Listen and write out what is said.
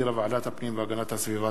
שהחזירה ועדת הפנים והגנת הסביבה.